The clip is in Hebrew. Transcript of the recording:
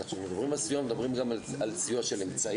כשמדברים על סיוע, מדברים גם על סיוע של אמצעים,